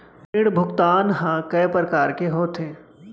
ऋण भुगतान ह कय प्रकार के होथे?